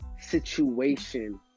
situation